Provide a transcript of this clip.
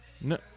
No